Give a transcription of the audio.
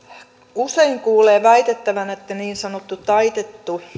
usein kuulee väitettävän että niin sanottu taitettu